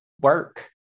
work